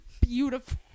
beautiful